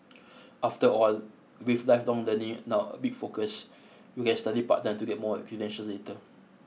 after all with lifelong learning now a big focus you can study part time to get more credentials later